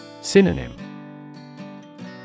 Synonym